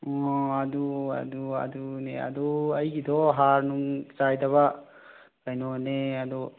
ꯑꯣ ꯑꯗꯨ ꯑꯗꯨ ꯑꯗꯨꯅꯦ ꯑꯗꯨ ꯑꯩꯒꯤꯗꯣ ꯍꯥꯔ ꯅꯨꯡ ꯆꯥꯏꯗꯕ ꯀꯩꯅꯣꯅꯦ ꯑꯗꯣ